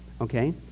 Okay